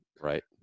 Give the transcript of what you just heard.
Right